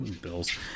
Bills